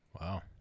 Wow